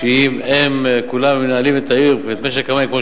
שאם היו כולם מנהלים את משק המים בעיר